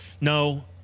no